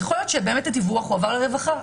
יכול להיות שהדיווח הועבר לרווחה,